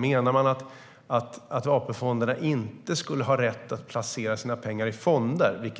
Menar han att AP-fonderna inte skulle ha rätt att placera sina pengar i fonder?